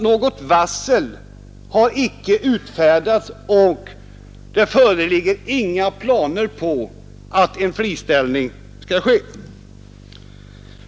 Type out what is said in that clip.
Något varsel har icke utfärdats, och det föreligger inga planer på att en friställning skall ske.